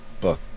book